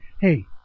hey